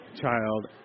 child